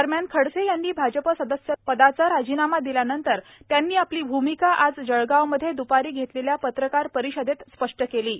दरम्यान खडसे यांनी भाजप सदस्यपदाचा राजीनामा दिल्यानंतर त्यांनी आपली भूमिका आज जळगावमध्ये द्पारी घेतलेल्या पत्रकार परिषदेत स्पष्ट केली आहे